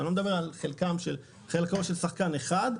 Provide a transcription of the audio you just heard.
אני לא מדבר על חלקו של שחקן אחד,